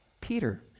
Peter